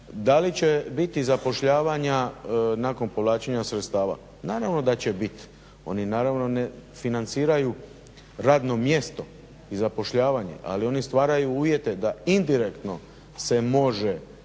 Da li će biti zapošljavanja nakon povlačenja sredstava? Naravno da će biti. Oni naravno ne financiraju radno mjesto i zapošljavanje, ali oni stvaraju uvjete da indirektno se može